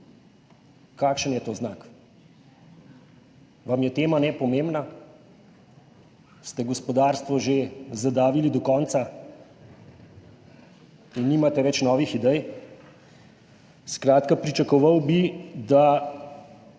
Kakšen je to znak? Vam je tema nepomembna? Ste gospodarstvo že zadavili do konca in nimate več novih idej? Skratka, pričakoval bi, da